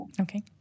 okay